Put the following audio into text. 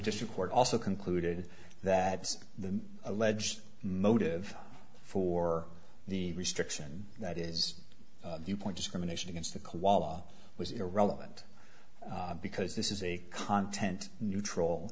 district court also concluded that the alleged motive for the restriction that is viewpoint discrimination against the koala was irrelevant because this is a content neutral